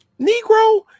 Negro